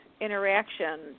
interaction